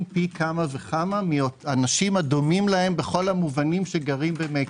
פי כמה וכמה מהדומים להם בכל המובנים שגרים במקסיקו.